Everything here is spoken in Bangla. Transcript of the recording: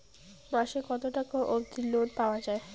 মাসে কত টাকা অবধি লোন পাওয়া য়ায়?